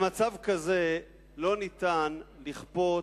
במצב כזה לא ניתן לכפות